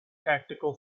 tactical